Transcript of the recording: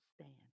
stand